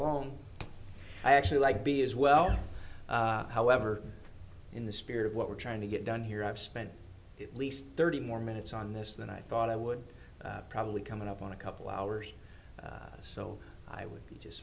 along i actually like b as well however in the spirit of what we're trying to get done here i've spent at least thirty more minutes on this than i thought i would probably coming up on a couple hours so i will be just